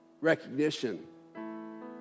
recognition